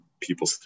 people